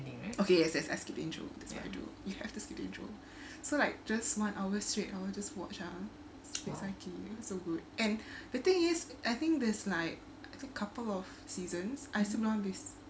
okay yes yes I skip the intro that's what I do you have to skip the intro so like just one hour straight I'll just watch ah saiki it was so good and the thing is I think there's like a couple of seasons I rasa belum habis